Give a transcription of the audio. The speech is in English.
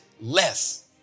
less